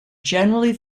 generally